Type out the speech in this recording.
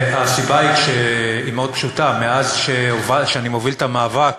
הסיבה היא מאוד פשוטה: מאז שאני מוביל את המאבק